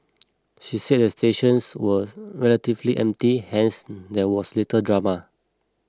she said the station was relatively empty hence there was little drama